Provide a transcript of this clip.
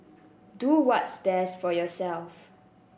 do what's best for yourself